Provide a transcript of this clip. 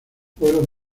fueron